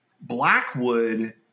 blackwood